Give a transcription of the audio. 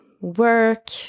work